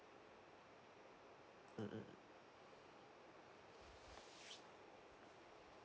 mm